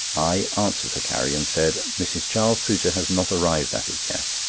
i answered for carrie, and said mrs. charles pooter has not arrived at it yet,